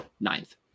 ninth